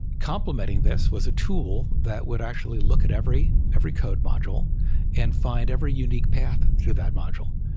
complementing this was a tool that would actually look at every every code module and find every unique path through that module.